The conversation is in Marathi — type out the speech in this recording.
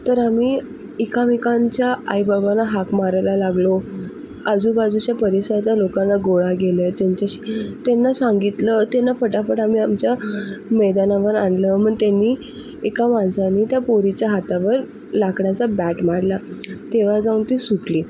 तर आम्ही एकमेकांच्या आई बाबांना हाक मारायला लागलो आजूबाजूच्या परिसरातील लोकांना गोळा केलं ज्यांच्याशी त्यांना सांगितलं त्यांना पटापट आम्ही आमच्या मैदानावर आणलं मग त्यांनी एका माणसाने त्या पोरीच्या हातावर लाकडाचा बॅट मारला तेव्हा जाऊन ती सुटली